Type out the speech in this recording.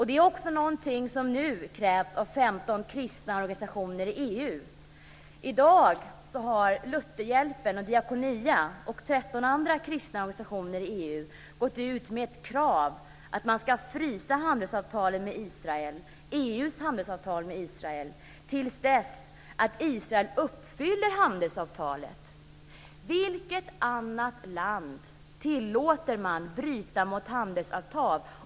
Det är också någonting som nu krävs av 15 kristna organisation i I dag har Lutherhjälpen och Diakonia och 13 andra kristna organisationer i EU gått ut med ett krav att man ska frysa EU:s handelsavtal med Israel till dess att Israel uppfyller handelsavtalet. Vilket annat land tillåts att bryta mot handelsavtal?